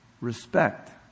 respect